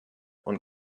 und